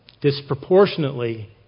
disproportionately